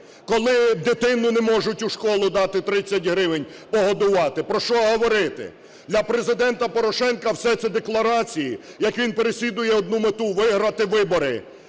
коли дитині не можуть у школу дати 30 гривень погодувати, про що говорити? Для Президента Порошенка все це декларації, як він переслідує одну мету – виграти вибори.